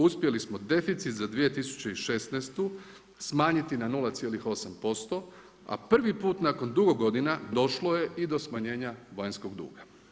Uspjeli smo deficit za 2016. smanjiti na 0,8% a prvi put nakon dugog godina došlo je i do smanjenja vanjskog duga.